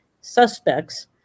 suspects